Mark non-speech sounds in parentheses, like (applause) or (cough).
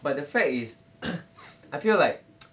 but the fact is I feel like (noise)